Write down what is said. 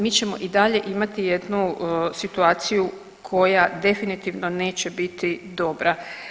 Mi ćemo i dalje imati jednu situaciju koja definitivno neće biti dobra.